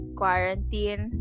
quarantine